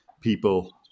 people